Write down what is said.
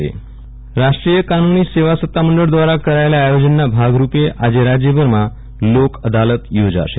વિરલ રાણા લોક અદાલત રાષ્ટ્રીય કાનુની સેવા સત્તામંડળ દ્વારા કરાયેલા આયોજનના ભાગરૂપે આજે રાજ્યભરમાં લોક અદાલત યોજાશે